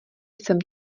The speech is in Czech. jsem